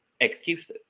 excuses